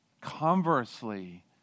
Conversely